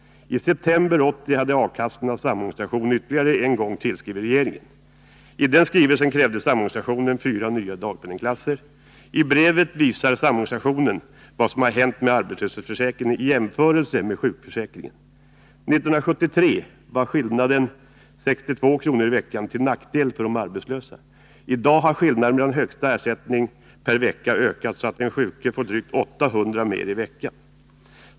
I september 1980 hade Arbetslöshetskassornas samarbetsorganisation ytterligare en gång tillskrivit regeringen. I skrivelsen krävde samarbetsorganisationen fyra nya dagpenningsklasser. I brevet visade samarbetsorganisationen på vad som hänt med arbetslöshetsförsäkringen i jämförelse med sjukförsäkringen. År 1973 var skillnaden 62 kr. i veckan till nackdel för de arbetslösa. I dag har skillnaden mellan högsta ersättning per vecka ökat så att den sjuke får drygt 800 kr. mer i veckan.